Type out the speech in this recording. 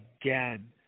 again